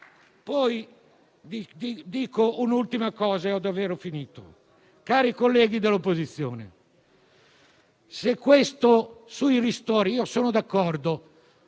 Dico un'ultima cosa e ho davvero finito: cari colleghi dell'opposizione, sui ristori sono d'accordo